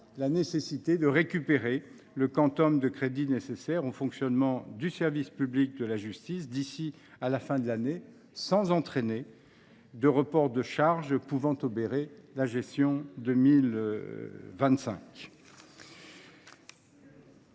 la nécessité de récupérer le quantum de crédits nécessaires au fonctionnement du service public de la justice d’ici à la fin de l’année, sans entraîner d’importants reports de charges obérant la gestion 2025.